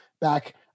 back